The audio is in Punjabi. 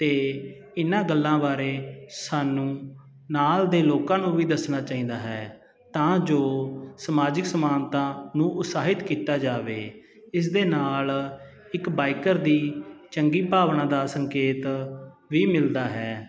ਅਤੇ ਇਹਨਾਂ ਗੱਲਾਂ ਬਾਰੇ ਸਾਨੂੰ ਨਾਲ ਦੇ ਲੋਕਾਂ ਨੂੰ ਵੀ ਦੱਸਣਾ ਚਾਹੀਦਾ ਹੈ ਤਾਂ ਜੋ ਸਮਾਜਿਕ ਸਮਾਨਤਾ ਨੂੰ ਉਤਸਾਹਿਤ ਕੀਤਾ ਜਾਵੇ ਇਸ ਦੇ ਨਾਲ ਇੱਕ ਬਾਈਕਰ ਦੀ ਚੰਗੀ ਭਾਵਨਾ ਦਾ ਸੰਕੇਤ ਵੀ ਮਿਲਦਾ ਹੈ